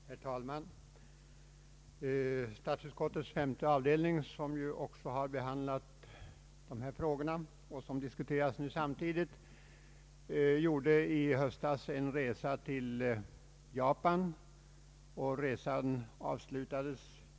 Herr talman! Statsutskottets femte avdelning, som också behandlat de frågor som nu diskuteras samtidigt, gjorde i höstas en resa till Japan och Italien.